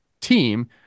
team